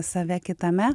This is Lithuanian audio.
save kitame